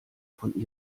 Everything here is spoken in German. von